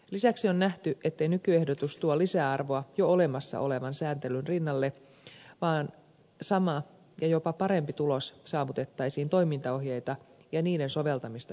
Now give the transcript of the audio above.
lisäksi on nähty ettei nykyehdotus tuo lisäarvoa jo olemassa olevan säätelyn rinnalle vaan sama ja jopa parempi tulos saavutettaisiin toimintaohjeita ja niiden soveltamista selkeyttämällä